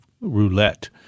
roulette